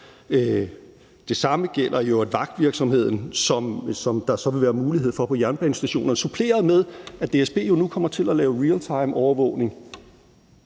Det samme gælder i øvrigt vagtvirksomheden, som der så vil være mulighed for på jernbanestationer suppleret med, at DSB jo nu kommer til at lave realtimeovervågning,